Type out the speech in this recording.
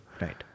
Right